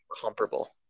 comparable